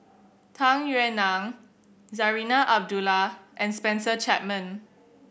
Tung Yue Nang Zarinah Abdullah and Spencer Chapman